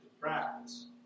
practice